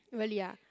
really ah